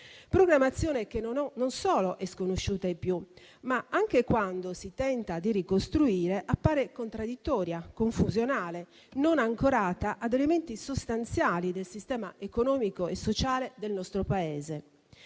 programmazione che non solo è sconosciuta ai più, ma anche quando si tenta di ricostruire, appare contraddittoria e confusionale, non ancorata a elementi sostanziali del sistema economico e sociale del nostro Paese.